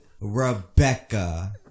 Rebecca